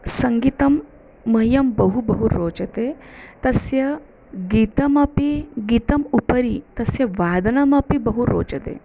सङ्गीतं मह्यं बहु बहु रोचते तस्य गीतमपि गीतम् उपरि तस्य वादनमपि बहु रोचते